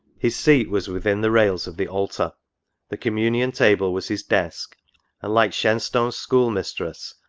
his seat was within the rails of the altar the communion table was his desk and, like shenstone's school-mistress,